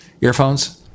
earphones